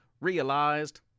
realized